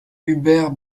hubert